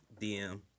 DM